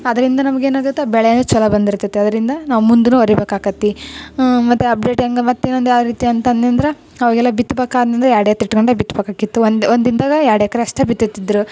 ಅದರಿಂದ ನಮ್ಗೆ ಏನಾಗುತ್ತೆ ಬೆಳೆನು ಛಲೋ ಬಂದಿರ್ತೈತೆ ಅದರಿಂದ ನಾವು ಮುಂದು ಅರಿಬೇಕಾಕತೆ ಮತ್ತೆ ಅಪ್ಡೇಟ್ ಹೆಂಗ ಮತ್ತೆ ಇನ್ನೊಂದು ಯಾವ ರೀತಿ ಅಂತಂದ್ನ ಅವಾಗೆಲ್ಲ ಬಿತ್ಬೇಕಾದ್ನಂದ್ರೆ ಎರಡು ಎತ್ತು ಇಟ್ಕೊಂಡೆ ಬಿತ್ಬೇಕಾಗಿತ್ತು ಒಂದು ಒಂದು ದಿನ್ದಾಗೆ ಎರಡು ಎಕ್ರೆ ಅಷ್ಟೆ ಬಿತ್ತತಿದ್ರು